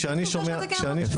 יש לי תחושה שאתה רוצה.